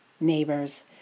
neighbors